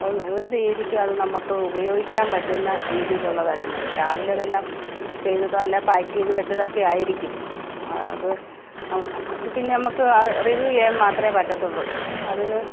ഒരു രീതിക്കും അത് നമ്മൾക്ക് ഉപയോഗിക്കാൻ പറ്റുന്ന രീതിയിലുള്ളതല്ലെന്ന് രാവിലെ വല്ലതും ചെയ്തതോ അല്ല പാക്ക് ചെയ്തു വച്ചതൊക്കെ ആയിരിക്കും അത് അത് പിന്നെ നമ്മൾക്ക് റിവ്വി ചെയ്യാൻ മാത്രമേ പറ്റത്തുള്ളൂ അതിന്